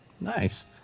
Nice